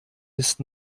ist